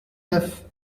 neuf